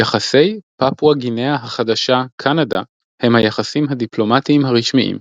יחסי פפואה גינאה החדשה–קנדה הם היחסים הדיפלומטיים הרשמיים